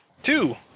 Two